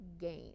gain